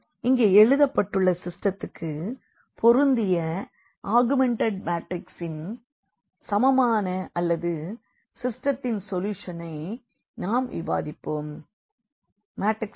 இங்கே எழுதபட்டுள்ள சிஸ்டத்துக்கு பொருந்திய ஆகுமண்டட் மாற்றிக்ஸில் Ax bக்கு சமமானது என்ற சிஸ்டத்தின் சொல்யூஷனை நாம் விவாதிப்போம்